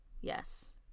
Yes